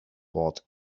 bought